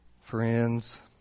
friends